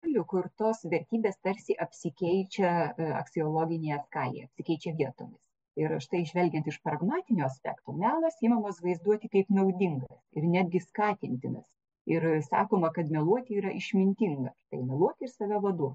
lių kurtos vertybės tarsi apsikeičia aksiologinėje skalėje apsikeičia vietomis ir štai žvelgiant iš pragmatinių aspektų melas imamas vaizduoti kaip naudinga ir netgi skatintinas ir sakoma kad meluoti yra išmintinga tai meluok ir save vaduok